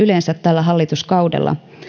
yleensä tällä hallituskaudella